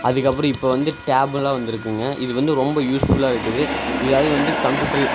அதுக்கப்புறம் இப்போ வந்து டேபுலாம் வந்துருக்குங்க இது வந்து ரொம்ப யூஸ் ஃபுல்லா இருக்குது இதாவது வந்து கம்ப்யூட்டர்ல